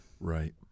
Right